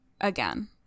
again